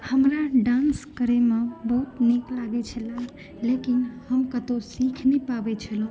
हमरा डान्स करैमे बहुत नीक लागैत छले लेकिन हम कतहु सीख नहि पाबैत छलहुँ